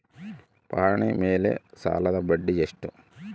ಪಹಣಿ ಮೇಲೆ ಸಾಲದ ಬಡ್ಡಿ ಎಷ್ಟು?